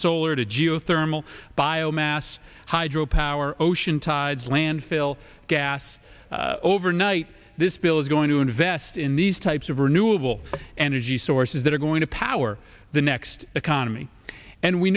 solar to geothermal biomass hydro power ocean tides landfill gas overnight this bill is going to invest in these types of renewable energy sources that are going to power the next economy and we